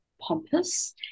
pompous